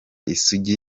isugi